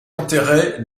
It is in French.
enterrée